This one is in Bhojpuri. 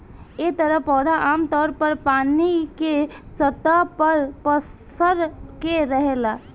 एह तरह पौधा आमतौर पर पानी के सतह पर पसर के रहेला